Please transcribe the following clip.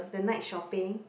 the night shopping